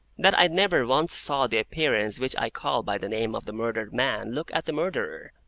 that i never once saw the appearance which i call by the name of the murdered man look at the murderer.